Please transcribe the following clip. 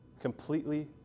Completely